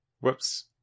Whoops